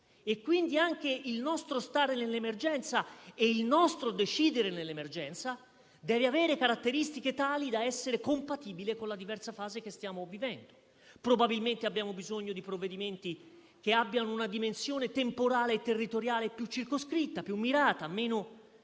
quindi, anche il nostro stare nell'emergenza e il nostro decidere nell'emergenza devono avere caratteristiche tali da essere compatibili con la diversa fase che stiamo vivendo. Probabilmente abbiamo bisogno di provvedimenti che abbiano una dimensione temporale e territoriale più circoscritta, più mirata, meno